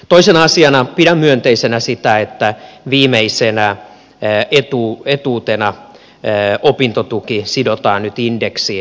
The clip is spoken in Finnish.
toisena asiana pidän myönteisenä sitä että viimeisenä etuutena opintotuki sidotaan nyt indeksiin